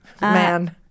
Man